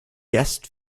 guest